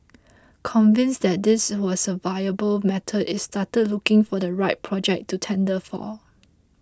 convinced that this was a viable method it started looking for the right project to tender for